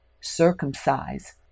circumcise